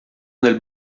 del